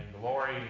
glory